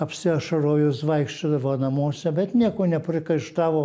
apsiašarojus vaikščiodavo namuose bet nieko nepriekaištavo